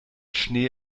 schnee